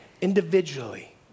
individually